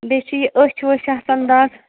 بیٚیہِ چھِ یہِ أچھ ؤچھ آسان دَگ